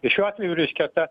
šiuo atveju reiškia ta